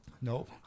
Nope